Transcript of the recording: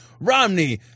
Romney